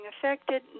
affected